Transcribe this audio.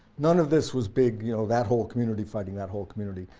none of this was big you know that whole community fighting that whole community,